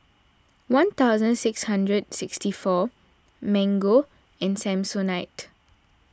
one thousand six hundred sixty four Mango and Samsonite